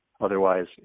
otherwise